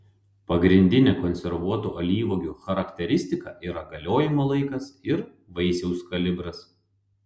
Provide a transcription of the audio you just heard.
pagrindinė konservuotų alyvuogių charakteristika yra galiojimo laikas ir vaisiaus kalibras